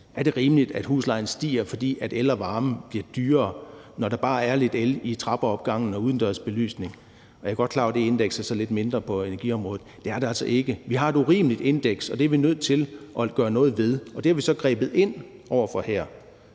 Er det rimeligt, at huslejen stiger, fordi el og varme bliver dyrere, når der bare er lidt el i trappeopgangen og udendørs belysning? Jeg er godt klar over, at det indeks så er lidt mindre på energiområdet, men det er altså ikke rimeligt. Vi har et urimeligt indeks, og det er vi nødt til at gøre noget ved. Det har vi så grebet ind over for her,